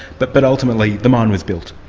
but but ultimately the mine was built.